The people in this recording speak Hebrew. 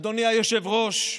אדוני היושב-ראש,